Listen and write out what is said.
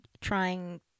trying